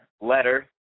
letter